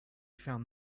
found